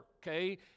okay